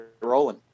rolling